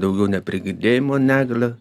daugiau neprigirdėjimo negalia